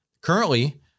Currently